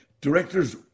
directors